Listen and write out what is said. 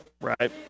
Right